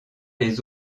les